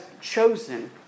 chosen